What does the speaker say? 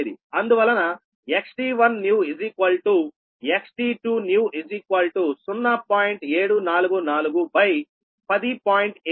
అందువలన XT1 new XT2 new 0